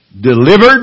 delivered